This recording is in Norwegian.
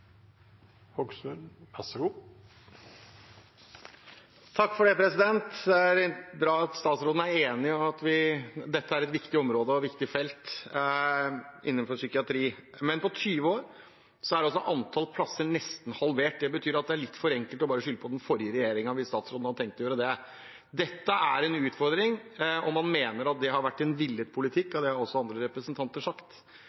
litt for enkelt å bare skylde på den forrige regjeringen, hvis statsråden hadde tenkt å gjøre det. Dette er en utfordring, man mener at det har vært en villet politikk, og det har også andre representanter sagt.